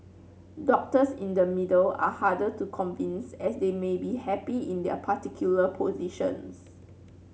doctors in the middle are harder to convince as they may be happy in their particular positions